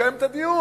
לקיים את הדיון.